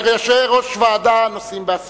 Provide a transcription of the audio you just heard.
יושבי-ראש ועדה נוסעים בעסקים.